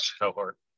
cohort